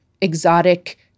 exotic